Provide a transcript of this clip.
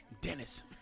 Dennis